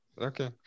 Okay